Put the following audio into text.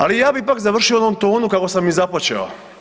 Ali ja bih ipak završio u onom tonu kako sam i započeo.